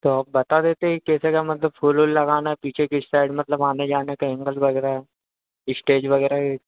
तो आप बता देते कैसे क्या मतलब फूल वूल लगाना पीछे किस साइड मतलब आने जाने का ऐंगल वगैरह स्टेज वगैरह